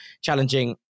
challenging